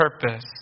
purpose